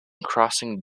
crossing